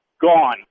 gone